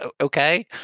okay